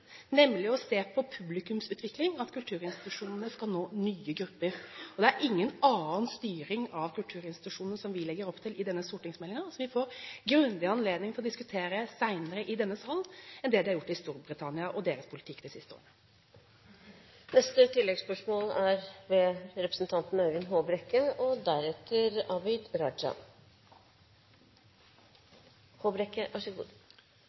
nemlig å se på publikumsutviklingen, slik at kulturinstitusjonene skal nå nye grupper. Det er ingen annen styring av kulturinstitusjonene som vi legger opp til i denne stortingsmeldingen – som vi får grundig anledning til å diskutere senere i denne sal – enn det de har gjort i Storbritannia, deres politikk, de siste årene.